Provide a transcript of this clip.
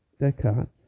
Descartes